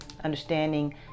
understanding